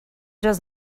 does